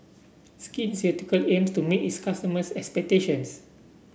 Skin Ceuticals aims to meet its customers' expectations